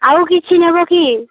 ଆଉ କିଛି ନେବ କି